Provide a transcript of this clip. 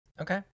Okay